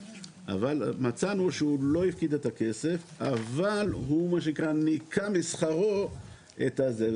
ומצאנו שהוא לא הפקיד את הכסף אבל הוא ניכה משכרו את זה.